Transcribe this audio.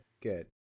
Good